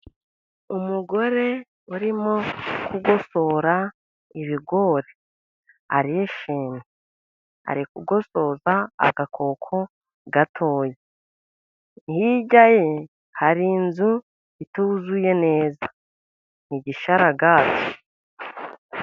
Umugore urimo kugosora ibigori arishimye. Ari kugosoza agakoko gatoya . Hirya ye, hari inzu ituzuye neza , n'igisharagati.